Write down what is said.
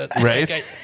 Right